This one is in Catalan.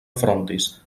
frontis